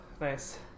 Nice